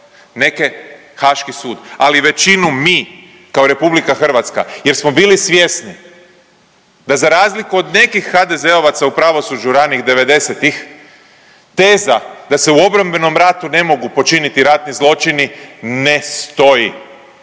neke Haški sud ali većinu mi kao RH jer smo bili svjesni da za razliku od nekih HDZ-ovaca u pravosuđu ranih '90-ih teza da se u obrambenom ratu ne mogu počiniti ratni zločini, ne stoji.